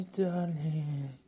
darling